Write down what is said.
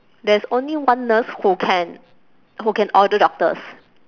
there is only one nurse who can who can order doctors